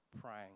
praying